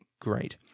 great